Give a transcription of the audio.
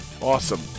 awesome